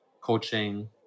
coaching